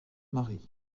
marie